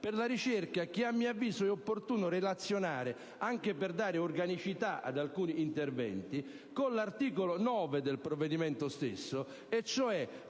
per la ricerca che, a mio avviso, è opportuno mettere in relazione, anche per dare organicità ad alcuni interventi, con l'articolo 9 del provvedimento stesso, cioè